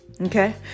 okay